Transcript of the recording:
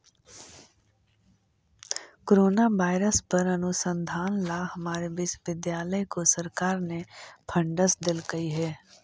corona virus पर अनुसंधान ला हमारे विश्वविद्यालय को सरकार ने फंडस देलकइ हे